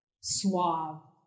suave